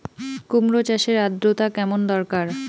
কুমড়ো চাষের আর্দ্রতা কেমন দরকার?